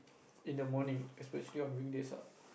in the morning especially on weekdays ah